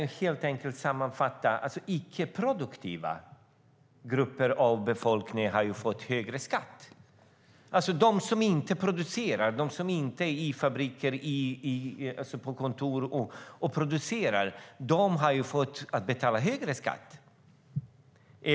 Man kan enkelt sammanfatta det med att icke-produktiva grupper av befolkningen har fått högre skatt. De som inte producerar, de som inte arbetar på fabrik eller på kontor och producerar, får betala högre skatt.